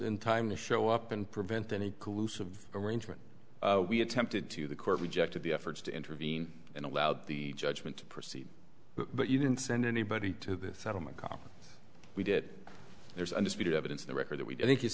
in time to show up and prevent any collusive arrangement we attempted to the court rejected the efforts to intervene and allowed the judgment to proceed but you didn't send anybody to this settlement cause we did there's undisputed evidence in the record that we don't think